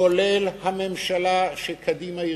כולל הממשלה שקדימה הרכיבה.